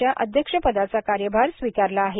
च्या अध्यक्षपदाचा कार्यभार स्वीकारला आहे